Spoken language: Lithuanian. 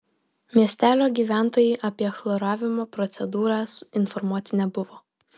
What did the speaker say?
miestelio gyventojai apie chloravimo procedūrą informuoti nebuvo